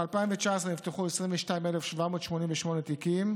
ב-2019 נפתחו 22,788 תיקים